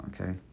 Okay